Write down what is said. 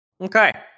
Okay